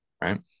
right